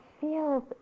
feels